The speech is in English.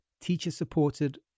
teacher-supported